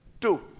Two